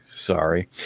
Sorry